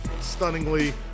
stunningly